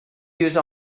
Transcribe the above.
use